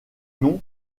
nom